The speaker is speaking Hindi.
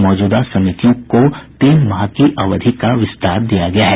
मौजूदा समितियों को तीन माह की अवधि का विस्तार दिया गया है